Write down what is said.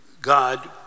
God